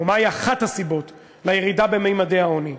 או מהי אחת הסיבות לירידה בממדי העוני.